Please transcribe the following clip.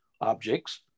objects